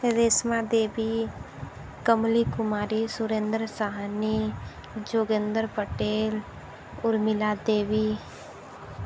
Reshma Devi Kamli Kumari Surendra Sahni Joginder Patel Urmila Devi